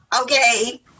Okay